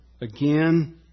again